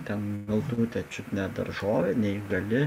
ten mildutė čiut ne daržovė neįgali